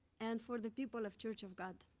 and for the people of church of god.